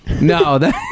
No